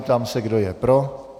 Ptám se, kdo je pro.